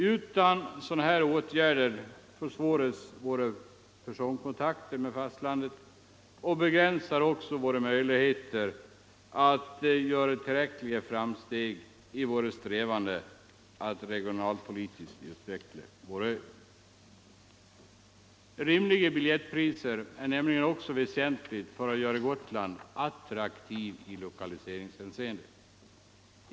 Utan sådana åtgärder försvåras våra personkontakter med fastlandet och begränsas våra möjligheter att göra tillräckliga framsteg i våra strävanden att regionalpolitiskt utveckla vår ö. Rimliga biljettpriser är nämligen också väsentliga för att göra Gotland attraktivt i lokaliseringshänseende.